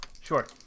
Sure